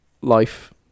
life